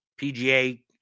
PGA